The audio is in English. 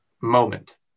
moment